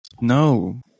No